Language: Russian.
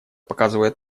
показывает